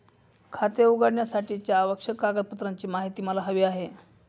खाते उघडण्यासाठीच्या आवश्यक कागदपत्रांची माहिती मला हवी आहे